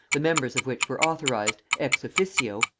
the members of which were authorized, ex officio,